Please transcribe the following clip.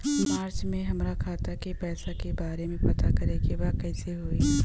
मार्च में हमरा खाता के पैसा के बारे में पता करे के बा कइसे होई?